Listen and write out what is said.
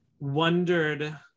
Wondered